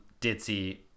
ditzy